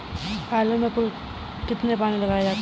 आलू में कुल कितने पानी लगते हैं?